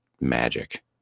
magic